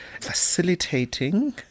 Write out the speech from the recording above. facilitating